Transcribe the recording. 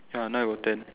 ya now I got ten